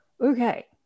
Okay